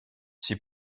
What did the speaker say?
s’y